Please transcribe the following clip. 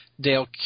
Dale